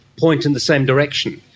point in the same direction.